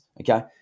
okay